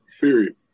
Period